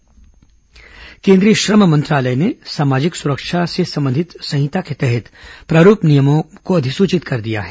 श्रम मंत्रालय सामाजिक सुरक्षा केंद्रीय श्रम मंत्रालय ने सामाजिक सुरक्षा से संबंधित संहिता के तहत प्रारूप नियमों को अधिसूचित कर दिया है